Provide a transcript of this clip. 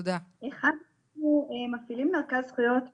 אחד אנחנו מכירים מרכז זכויות בחדרה,